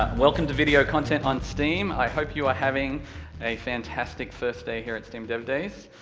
welcome to video content on steam, i hope you are having a fantastic first day here at steam dev days.